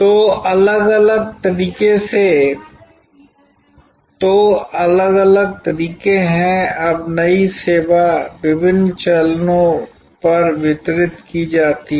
तो अलग अलग तरीके हैं अब नई सेवा विभिन्न चैनलों पर वितरित की जाती है